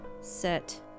set